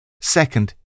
Second